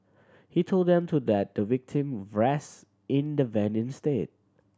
he told them to let the victim rest in the van instead